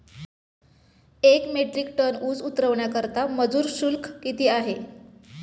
एक metric tonne ऊस उतरवण्याकरता मजूर शुल्क किती आहे?